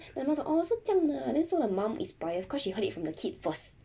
the mum 说 orh 是这样的 then so the mum is biased cause she heard it from the kid first